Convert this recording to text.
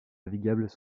navigables